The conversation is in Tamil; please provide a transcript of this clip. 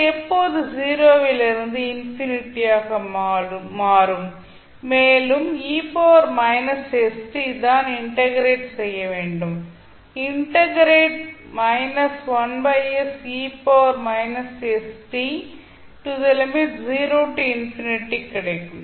இது இப்போது 0 விலிருந்து இன்ஃபினிட்டி ஆக மாறும் மேலும் தான் இன்டெக்ரெட் செய்ய வேண்டும் இன்டெக்ரெட் கிடைக்கும்